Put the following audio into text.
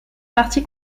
parti